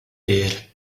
there